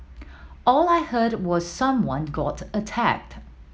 all I heard was someone got attacked